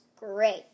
Great